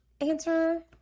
answer